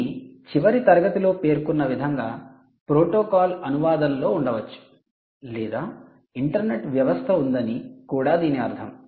ఇది చివరి తరగతిలో పేర్కొన్న విధంగా ప్రోటోకాల్ అనువాదంలో ఉండవచ్చు లేదా ఇంటర్నెట్ వ్యవస్థ ఉందని కూడా దీని అర్థం